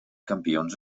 campions